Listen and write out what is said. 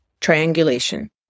triangulation